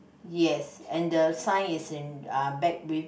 yes and the sign is in uh back with